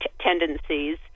tendencies